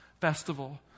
festival